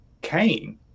Cain